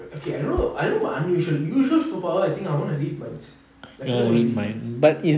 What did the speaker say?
okay I don't know I don't know about unusual usual superpower I think I want to read minds definitely want to read minds